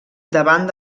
davant